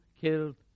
killed